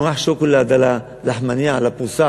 אפילו את הממרח שוקולד על הלחמנייה, על הפרוסה,